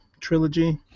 trilogy